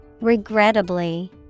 Regrettably